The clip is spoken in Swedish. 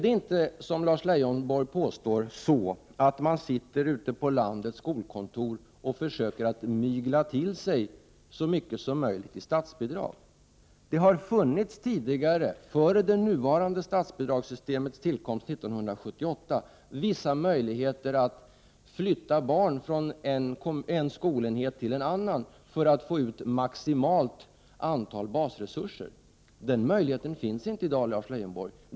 Det är inte så, som Lars Leijonborg påstår, att man sitter på landets skolkontor och försöker mygla till sig så mycket som möjligt i statsbidrag. Det har tidigare funnits, före det nuvarande statsbidragssystemets tillkomst år 1978, vissa möjligheter att flytta barn från en skolenhet till en annan för att på så sätt få ut maximalt antal basresurser. Den möjligheten finns inte i dag, Lars Leijonborg.